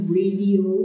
radio